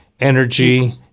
energy